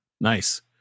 Nice